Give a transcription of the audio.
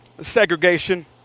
segregation